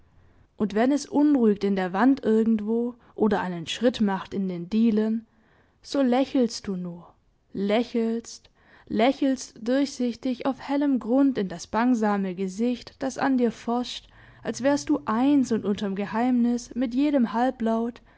und wenn es unruhigt in der wand irgendwo oder einen schritt macht in den dielen so lächelst du nur lächelst lächelst durchsichtig auf hellem grund in das bangsame gesicht das an dir forscht als wärst du eins und unterm geheimnis mit jedem halblaut